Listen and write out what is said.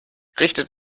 richtet